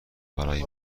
برای